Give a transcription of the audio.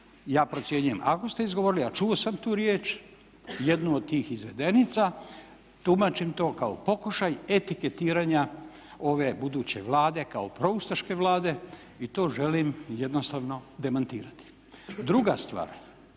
Ja procjenjujem ako ste izgovorili, a čuo sam tu riječ, jednu od tih izvedenica tumačim to kao pokušaj etiketiranja ove buduće Vlade kao proustaške Vlade i to želim jednostavno demantirati. Druga stvar